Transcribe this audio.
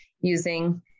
using